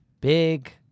big